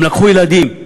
הם לקחו ילדים,